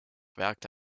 werkte